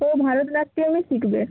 ও ভারত নাট্যিয়মই শিখবে